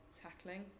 tackling